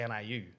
NIU